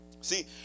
See